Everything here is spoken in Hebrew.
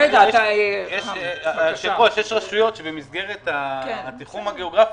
יש רשויות שבמסגרת התיחום הגיאוגרפי,